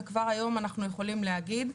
וכבר היום אנחנו יכולים להגיד,